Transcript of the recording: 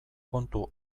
kontu